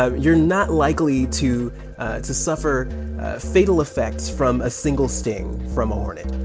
ah you're not likely to to suffer fatal effects from a single sting from a hornet